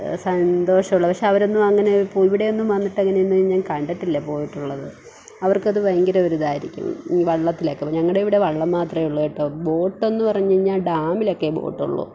സന്തോഷമുള്ള പക്ഷേ അവരൊന്നും അങ്ങനെ പോ ഇവിടെ ഒന്നും വന്നിട്ട് അങ്ങനെയൊന്നും ഞാൻ കണ്ടട്ടില്ല പോയിട്ടുള്ളത് അവർക്ക് അത് ഭയങ്കര ഒരു ഇതായിരിക്കും ഈ വള്ളത്തിലൊക്കെ ഞങ്ങളുടെ ഇവിടെ വള്ളം മാത്രമേയുള്ളു കേട്ടോ ബോട്ടെന്ന് പറഞ്ഞു കഴിഞ്ഞാൽ ഡാമിലൊക്കെ ബോട്ടുള്ളു